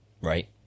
Right